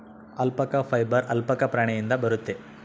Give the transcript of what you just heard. alpaca fibre alpaca ಪ್ರಾಣಿಯಿಂದ ಬರುತ್ತೆ